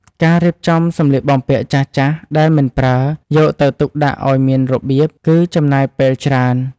ការរៀបចំសម្លៀកបំពាក់ចាស់ៗដែលមិនប្រើ យកទៅទុកដាក់ឱ្យមានរបៀប គឺចំណាយពេលច្រើន។